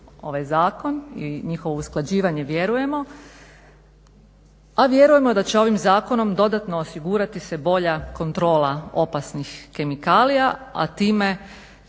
ovaj zakon i njihovo usklađivanje vjerujemo a vjerujemo da će ovim zakonom dodatno osigurati se bolja kontrola opasnih kemikalija, a time